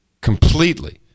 completely